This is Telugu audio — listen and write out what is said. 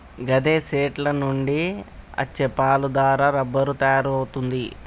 గాదె సెట్ల నుండి అచ్చే పాలు దారా రబ్బరు తయారవుతుంది